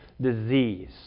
disease